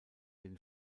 den